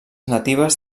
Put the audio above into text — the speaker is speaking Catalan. natives